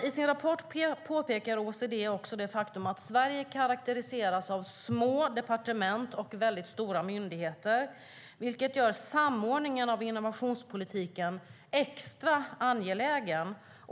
I sin rapport påpekar OECD det faktum att Sverige karakteriseras av små departement och väldigt stora myndigheter vilket gör samordningen av innovationspolitiken extra angelägen.